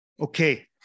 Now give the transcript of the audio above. Okay